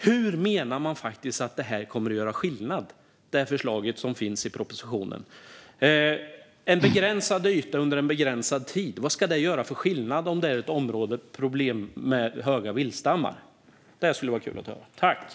Hur menar man att det förslag som finns i propositionen kommer att göra skillnad? En begränsad yta under en begränsad tid - vad ska det göra för skillnad om det är ett område som har problem med stora viltstammar? Det skulle vara kul att höra.